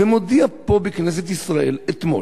ומודיע פה בכנסת ישראל אתמול,